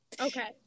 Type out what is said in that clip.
Okay